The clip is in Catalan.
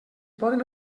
poden